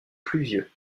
pluvieux